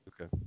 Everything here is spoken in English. Okay